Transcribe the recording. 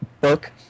book